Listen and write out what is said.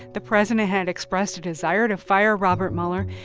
the president had expressed a desire to fire robert mueller.